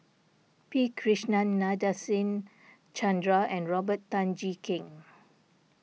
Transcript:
P Krishnan Nadasen Chandra and Robert Tan Jee Keng